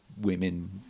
women